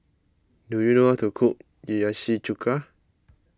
do you know how to cook Hiyashi Chuka